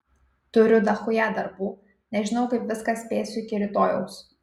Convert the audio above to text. turiu dachuja darbų nežinau kaip viską spėsiu iki rytojaus